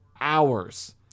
hours